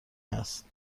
است